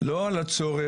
לא על הצורך,